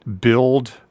build